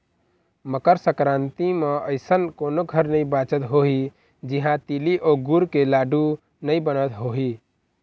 मकर संकरांति म अइसन कोनो घर नइ बाचत होही जिहां तिली अउ गुर के लाडू नइ बनत होही